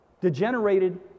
degenerated